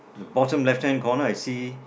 the bottom left hand corner I see